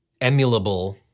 emulable